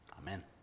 Amen